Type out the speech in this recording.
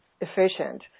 efficient